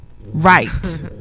Right